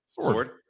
sword